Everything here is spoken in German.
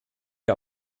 wir